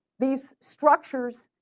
these structures